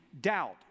doubt